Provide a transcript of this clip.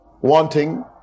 wanting